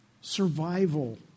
survival